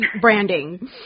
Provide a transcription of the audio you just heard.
branding